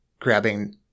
grabbing